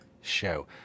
show